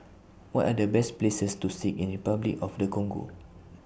What Are The Best Places to See in Repuclic of The Congo